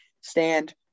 stand